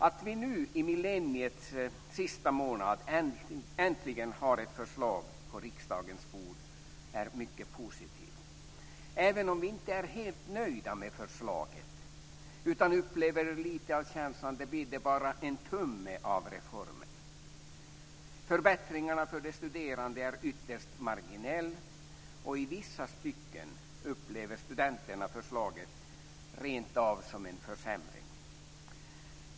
Att vi nu i millenniets sista månad äntligen har ett förslag på riksdagens bord är mycket positivt, även om vi inte är helt nöjda med förslaget utan upplever lite av känslan att det bara bidde en tumme av reformen. Förbättringarna för de studerande är ytterst marginella. I vissa stycken upplever studenterna förslagen rentav som en försämring.